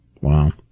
Wow